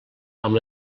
amb